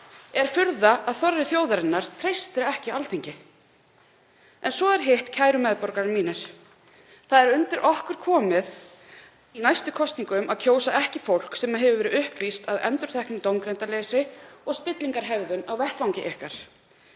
Er furða að þorri þjóðarinnar treysti ekki Alþingi? En svo er hitt, kæru meðborgarar mínir: Það er undir okkur komið í næstu kosningum að kjósa ekki fólk sem hefur orðið uppvíst að endurteknu dómgreindarleysi og spillingarhegðun á vettvangi ykkar.